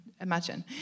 imagine